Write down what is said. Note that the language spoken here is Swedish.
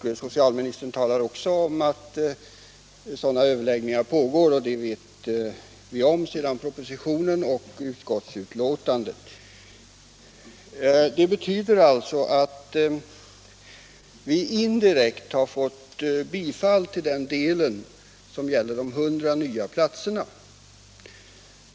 Socialministern säger också att sådana överläggningar redan pågår, och det vet vi genom propositionen och utskottsbetänkandet. Detta betyder alltså att vi indirekt har fått bifall till den del av våra yrkanden som gäller de 100 nya platserna.